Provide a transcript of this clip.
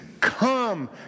come